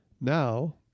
Now